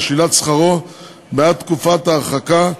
על שלילת שכרו בעד תקופת ההרחקה,